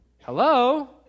Hello